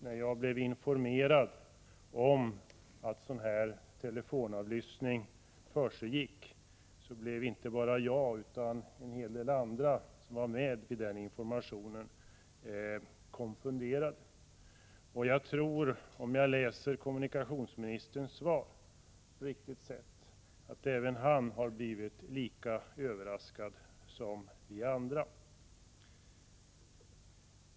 När jag blev informerad om att telefonavlyssning förekom blev inte bara jag utan många andra som fick informationen konfunderade. Jag tror att även kommunikationsministern, om jag har läst intepellationssvaret rätt, har blivit lika överraskad som vi andra.